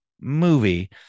movie